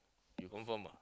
you confirm ah